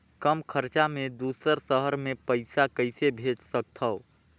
कम खरचा मे दुसर शहर मे पईसा कइसे भेज सकथव?